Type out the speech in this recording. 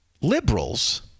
Liberals